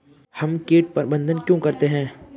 हम कीट प्रबंधन क्यों करते हैं?